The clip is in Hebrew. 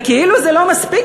וכאילו זה לא מספיק,